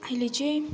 अहिले चाहिँ